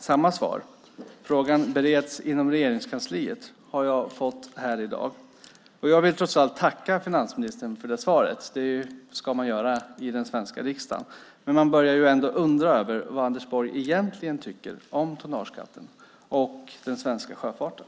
Samma svar - frågan bereds inom Regeringskansliet - har jag fått här i dag. Jag vill trots allt tacka finansministern för det svaret. Det ska man göra i den svenska riksdagen. Men man börjar ändå undra över vad Anders Borg egentligen tycker om tonnageskatten och den svenska sjöfarten.